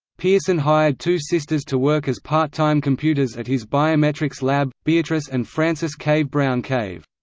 pearson hired two sisters to work as part-time computers at his biometrics lab, beatrice and frances cave-brown-cave.